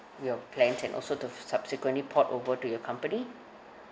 your plan and also to subsequently port over to your company